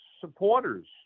supporters